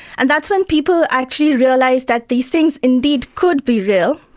and that's when people actually realised that these things indeed could be real.